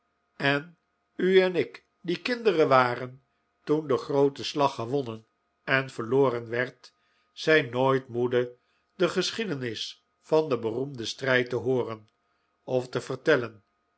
en u en ik die kinderen waren toen de groote slag gewonnen en verloren werd zijn nooit moede de geschiedenis van den beroemden strijd te hooren of te vertellen